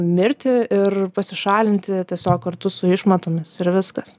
mirti ir pasišalinti tiesiog kartu su išmatomis ir viskas